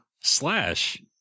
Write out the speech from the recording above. Slash